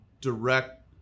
direct